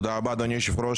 תודה רבה אדוני היושב ראש,